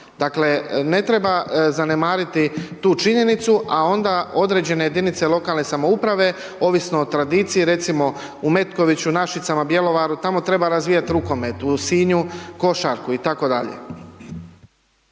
Dakle ne treba zanemariti tu činjenicu a onda određene jedinice lokalne samouprave ovisno o tradiciji recimo u Metkoviću, Našicama, Bjelovaru, tamo treba razvijat rukomet, u Sinju košarku itd.